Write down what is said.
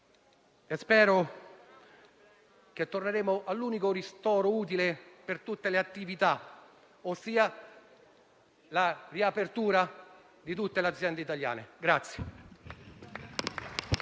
Spero che torneremo all'unico ristoro utile per tutte le attività, ossia la riapertura di tutte le aziende italiane.